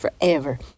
forever